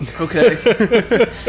Okay